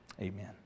Amen